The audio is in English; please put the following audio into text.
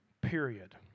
period